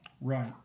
Right